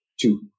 two